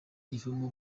ivamo